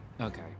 Okay